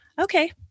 okay